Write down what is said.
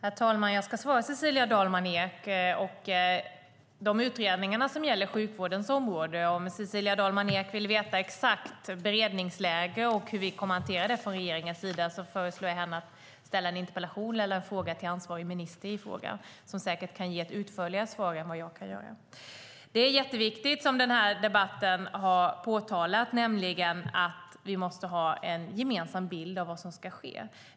Herr talman! Jag ska svara Cecilia Dalman Eek. Vill Cecilia Dalman Eek veta exakt beredningsläge och hur vi kommer att hantera utredningarna som gäller sjukvårdens område förslår jag att hon ställer en interpellation eller en fråga om det till ansvarig minister som säkert kan ge ett utförligare svar än jag i frågan. Som påtalats i denna debatt är det jätteviktigt att vi har en gemensam bild av vad som ska ske.